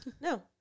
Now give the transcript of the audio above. No